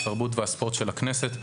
התרבות והספורט של הכנסת,